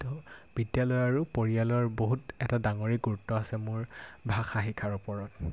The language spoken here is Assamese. ত' বিদ্যালয় আৰু পৰিয়ালৰ বহুত এটা ডাঙৰে গুৰুত্ব আছে মোৰ ভাষা শিকাৰ ওপৰত